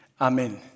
Amen